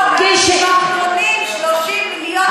לא, המשפחתונים, 30 מיליון.